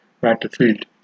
battlefield